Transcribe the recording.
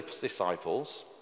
disciples